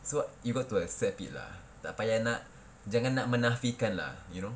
so you got to accept it lah tak payah nak jangan nak menafikan lah you know